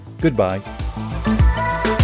Goodbye